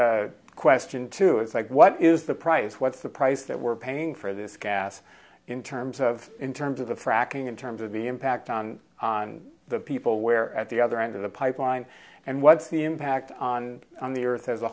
line question too it's like what is the price what's the price that we're paying for this gas in terms of in terms of the fracking in terms of the impact on the people where at the other end of the pipeline and what's the impact on the earth as a